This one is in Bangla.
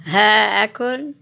হ্যাঁ এখন